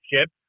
ship